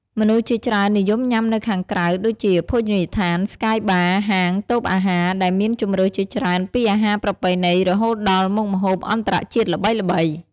មនុស្សជាច្រើននិយមញ៉ាំនៅខាងក្រៅ ដូចជា ភោជនីយដ្ឋាន ស្កាយបារ៍ ហាង តូបអាហារ ដែលមានជម្រើសជាច្រើនពីអាហារប្រពៃណីរហូតដល់មុខម្ហូបអន្តរជាតិល្បីៗ។